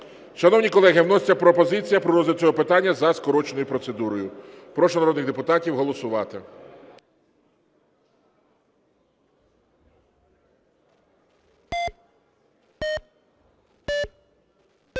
Шановні колеги, вноситься пропозиція про розгляд цього питання за скороченою процедурою. Прошу народних депутатів голосувати.